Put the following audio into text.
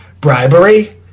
Bribery